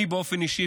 אני באופן אישי,